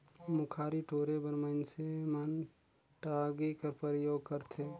मुखारी टोरे बर मइनसे मन टागी कर परियोग करथे